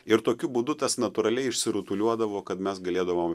ir tokiu būdu tas natūraliai išsirutuliodavo kad mes galėdavom